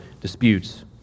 disputes